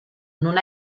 non